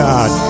God